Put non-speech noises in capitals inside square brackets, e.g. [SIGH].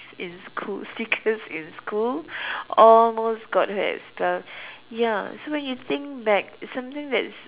in school stickers in school [BREATH] almost got her expelled ya so when you think back it's something that's